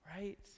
right